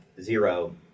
zero